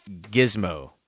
gizmo